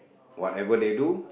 whatever they do